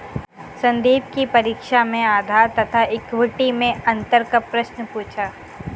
संदीप की परीक्षा में उधार तथा इक्विटी मैं अंतर का प्रश्न पूछा